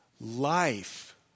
Life